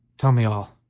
tell me all,